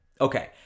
Okay